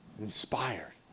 inspired